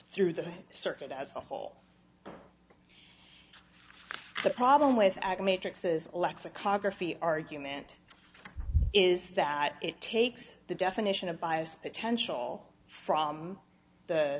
through the circuit as a whole the problem with ag matrix is lexicography argument is that it takes the definition of bias potential from the